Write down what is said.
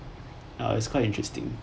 ah it was quite interesting